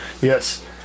Yes